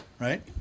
right